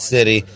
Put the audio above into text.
City